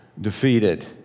defeated